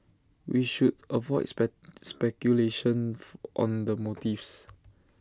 we should avoid speculations on the motives